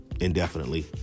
indefinitely